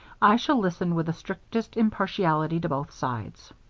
i shall listen with the strictest impartiality to both sides.